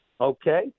okay